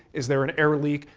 is there an air leak?